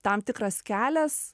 tam tikras kelias